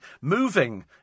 Moving